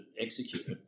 execute